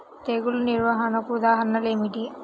తెగులు నిర్వహణకు ఉదాహరణలు ఏమిటి?